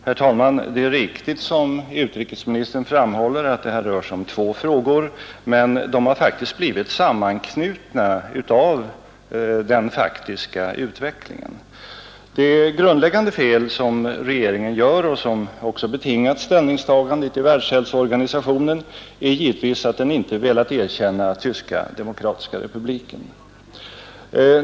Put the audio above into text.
Herr talman! Det är riktigt, som utrikesministern framhåller, att det här rör sig om två frågor, men de har blivit sammanknutna av den faktiska utvecklingen. Det grundläggande fel regeringen gör och som också betingat ställningstagandet i Världshälsoorganisationen är givetvis att den inte velat erkänna Tyska demokratiska republiken.